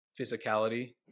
physicality